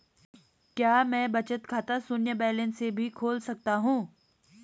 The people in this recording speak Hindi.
क्या मैं बचत खाता शून्य बैलेंस से भी खोल सकता हूँ?